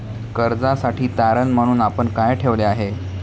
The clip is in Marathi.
कर्जासाठी तारण म्हणून आपण काय ठेवले आहे?